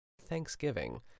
Thanksgiving